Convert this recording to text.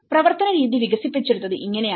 പ്രവർത്തന രീതി വികസിപ്പിച്ചെടുത്തത് ഇങ്ങനെയാണ്